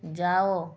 ଯାଅ